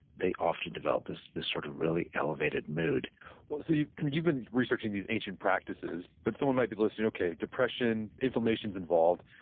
they often develop this this sort of really elevated mood well, so you've you've been researching these ancient practices, but someone might be listening, okay, depression, inflammation's involved.